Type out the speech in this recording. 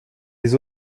les